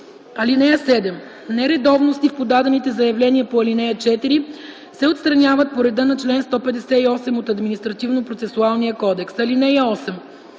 срок. (7) Нередовности в подадените заявления по ал. 4 се отстраняват по реда на чл. 158 от Административнопроцесуалния кодекс. (8)